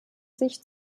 sich